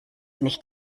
nicht